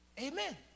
amen